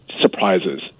surprises